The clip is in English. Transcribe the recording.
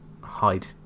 hide